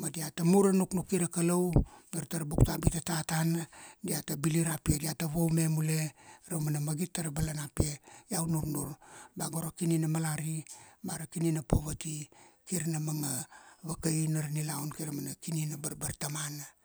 ma diata mur ra nuknuki ra Kalau, dar tara buktabu i tata tana, diata bili ra pia, diata vaume mule ra umana magit tara balana pia, iau nurnur ba go ra kini na malari, ba ra kini na poverty, kir na manga vakaina ra nilaun kai ra mana barbartamana.